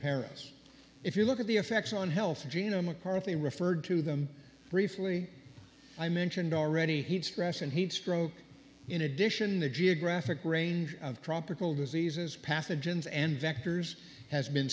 paris if you look at the effects on health gina mccarthy referred to them briefly i mentioned already heat stress and heat stroke in addition the geographic range of tropical diseases pathogens and vectors has been